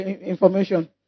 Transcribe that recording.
information